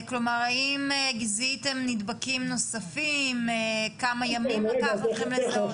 כלומר סיימו את כל השבוע ובימים הראשונים היו אפס,